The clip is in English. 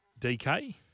DK